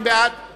התקשורת